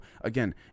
again